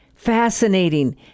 fascinating